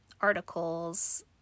articles